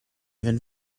even